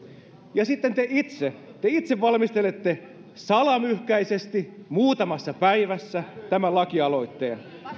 ja sitten te itse te itse valmistelette salamyhkäisesti muutamassa päivässä tämän lakialoitteen